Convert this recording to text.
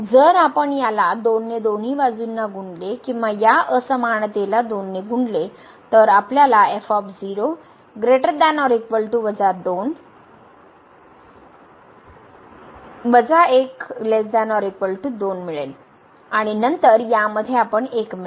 जर आपण याला 2 ने दोन्ही बाजूंना गुणले किंवा या असमानतेला 2 ने गुणले तर आपल्याला मिळेल आणि नंतर यामध्ये आपण 1 मिळवू